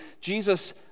Jesus